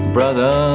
Brother